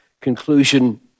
conclusion